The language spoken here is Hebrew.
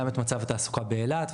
גם את מצב התעסוקה באילת,